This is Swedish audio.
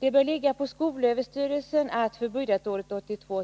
Det bör ligga på skolöverstyrelsen att för budgetåret 1982